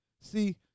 See